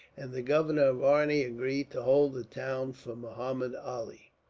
and the governor of arni agreed to hold the town for muhammud ali.